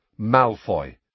Malfoy